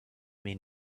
may